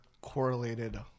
correlated